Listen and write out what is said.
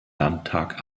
landtag